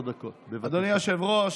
עכשיו נזכרתי,